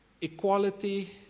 equality